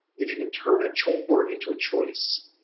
if you can turn a chore into a choice,